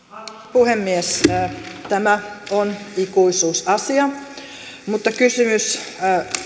puhemies tämä on ikuisuusasia mutta kysymys